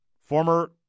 former